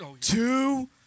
two